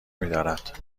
میدارد